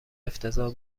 افتضاح